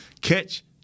catch